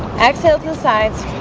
exhale the sides